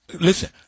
Listen